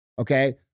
okay